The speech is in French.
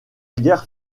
guerre